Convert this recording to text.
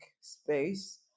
space